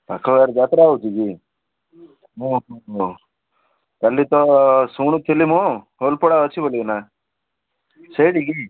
ପାଖ ଗାଁରେ ଯାତ୍ରା ହେଉଛି କି କାଲି ତ ଶୁଣୁଥିଲି ମୁଁ ସେଠିକି